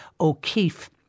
O'Keefe